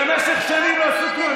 שבמשך שנים לא עשו כלום.